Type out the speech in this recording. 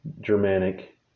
Germanic